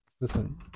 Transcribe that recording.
listen